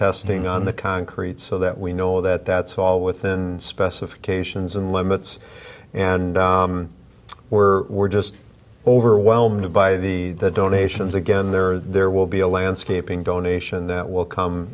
testing on the concrete so that we know that that's all within specifications and limits and we're we're just overwhelmed by the donations again there are there will be a landscaping donation that will come